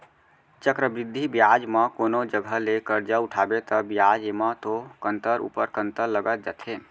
चक्रबृद्धि बियाज म कोनो जघा ले करजा उठाबे ता बियाज एमा तो कंतर ऊपर कंतर लगत जाथे